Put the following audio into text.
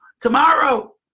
tomorrow